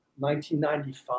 1995